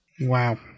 Wow